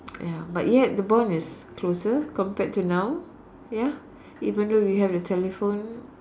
ya but yet the bond is closer compared to now ya even though we have the telephone